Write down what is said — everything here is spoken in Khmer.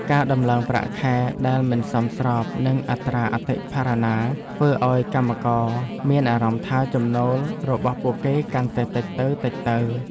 ការដំឡើងប្រាក់ខែដែលមិនសមស្របនឹងអត្រាអតិផរណាធ្វើឱ្យកម្មករមានអារម្មណ៍ថាចំណូលរបស់ពួកគេកាន់តែតិចទៅៗ។